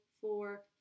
four